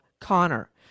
connor